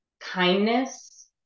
kindness